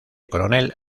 coronel